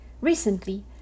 Recently